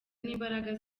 n’imbaraga